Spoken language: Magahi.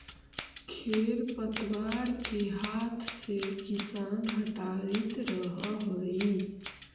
खेर पतवार के हाथ से किसान हटावित रहऽ हई